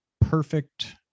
perfect